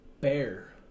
Bear